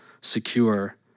secure